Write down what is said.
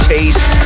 Taste